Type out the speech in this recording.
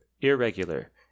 irregular